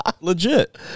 Legit